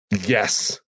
Yes